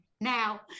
Now